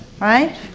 Right